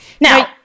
Now